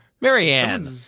Marianne